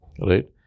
right